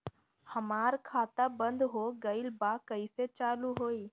हमार खाता बंद हो गइल बा कइसे चालू होई?